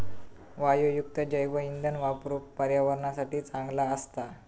वायूयुक्त जैवइंधन वापरुक पर्यावरणासाठी चांगला असता